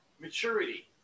maturity